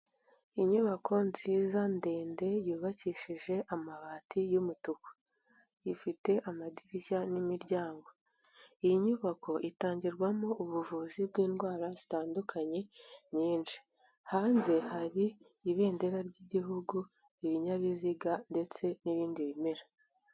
Inyubako nziza ndende yubakishije amabati y'umutuku, ifite amadirishya n'imiryango, iyi nyubako itangirwamo ubuvuzi bw'indwara zitandukanye nyinshi, hanze hari ibendera ryigihugu, ibinyabiziga ndetse n'ibindi bimera.